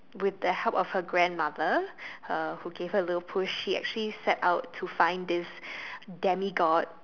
with the help of her grandmother uh who gave her a little push she actually set out to find this demigod